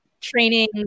training